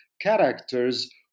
characters